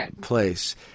place